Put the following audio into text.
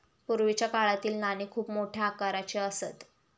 पूर्वीच्या काळातील नाणी खूप मोठ्या आकाराची असत